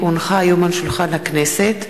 כי הונחה היום על שולחן הכנסת,